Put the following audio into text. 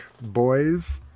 boys